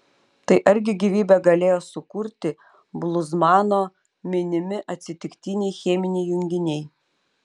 tai argi gyvybę galėjo sukurti bluzmano minimi atsitiktiniai cheminiai junginiai